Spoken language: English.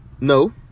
No